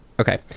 Okay